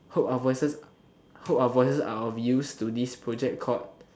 hope our voices our voices are of use to this project called